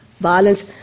violence